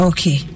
Okay